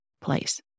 place